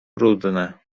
brudne